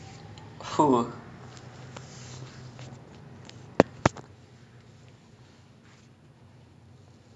so drums ஆரம்பிக்குபோது:aarambikkupothu was more of like a logical decision for me because my friends were like we are starting a band then I was like I just play drums lor my hands already can like hit stuff